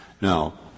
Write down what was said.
Now